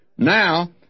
Now